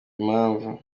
impamvu